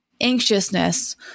anxiousness